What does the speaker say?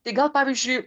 tai gal pavyzdžiui